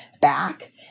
back